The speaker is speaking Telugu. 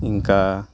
ఇంకా